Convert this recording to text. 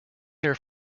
their